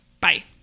Bye